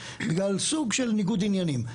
בגלל סוג של ניגוד עניינים.